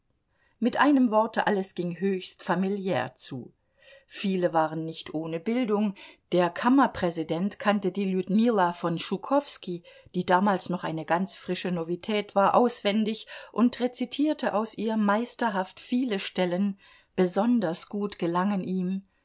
mit einem worte alles ging höchst familiär zu viele waren nicht ohne bildung der kammerpräsident kannte die ludmilla von schukowskij die damals noch eine ganz frische novität war auswendig und rezitierte aus ihr meisterhaft viele stellen besonders gut gelangen ihm